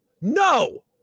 No